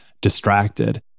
distracted